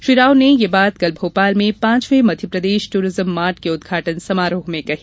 श्री राव ने यह बात कल भोपाल में पांचवें मध्यप्रदेश टूरिज्म मार्ट के उद्घाटन समारोह में कही